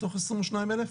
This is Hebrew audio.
מתוך 22,000?